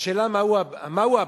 השאלה היא מהו הבסיס.